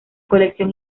colección